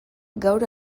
gaur